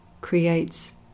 creates